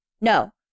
No